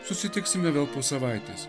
susitiksime vėl po savaitės